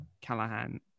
Callahan